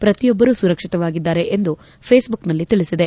ಪ್ರತಿಯೊಬ್ಲರು ಸುರಕ್ಷಿತವಾಗಿದ್ದಾರೆ ಎಂದು ಫೇಸ್ಬುಕ್ನಲ್ಲಿ ತಿಳಿಸಿದೆ